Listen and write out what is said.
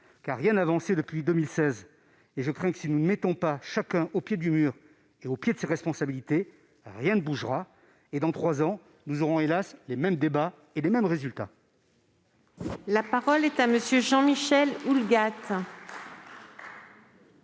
car rien n'a avancé depuis 2016, et je crains que, si nous ne mettons pas chacun au pied du mur et devant ses responsabilités, rien ne bouge. Dans trois ans, nous aurons, hélas, les mêmes débats et les mêmes résultats. La parole est à M. Jean-Michel Houllegatte,